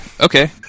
okay